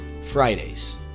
Fridays